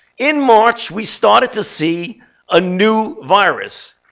in march, we started to see a new virus.